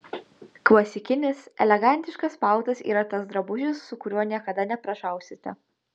klasikinis elegantiškas paltas yra tas drabužis su kuriuo niekada neprašausite